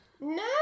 No